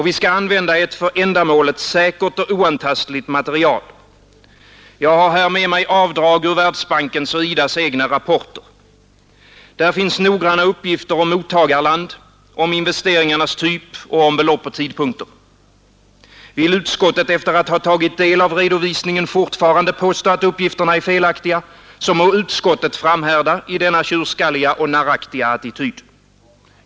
Vi skall använda ett för ändamålet säkert och oantastligt material. Jag har här med mig avdrag ur Världsbankens och IDA:s egna rapporter. Där finns noggranna uppgifter om mottagarland, om investeringarnas typ och om belopp och tidpunkter. Vill utskottet efter att ha tagit del av redovisningen fortfarande påstå att uppgifterna är felaktiga, så må utskottet framhärda i denna tjurskalliga och narraktiga attityd.